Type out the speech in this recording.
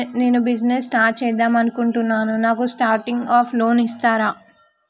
నేను business start చేద్దామనుకుంటున్నాను నాకు స్టార్టింగ్ అప్ లోన్ ఇస్తారా?